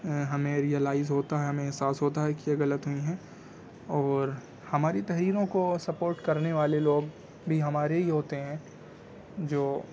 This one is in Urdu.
ہمیں ریلائز ہوتا ہے ہمیں احساس ہوتا ہے کہ یہ غلط نہیں ہیں اور ہماری تحریروں کو سپورٹ کرنے والے لوگ بھی ہمارے ہی ہوتے ہیں جو